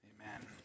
Amen